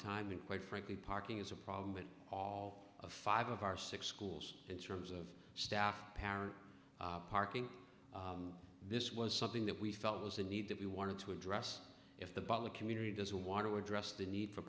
time and quite frankly parking is a problem in all of five of our six schools in terms of staff parents parking this was something that we felt was a need that we wanted to address if the public community does want to address the need for